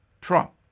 Trump